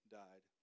died